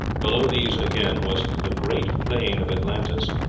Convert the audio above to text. below these, again, was the great plain of atlantis.